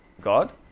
God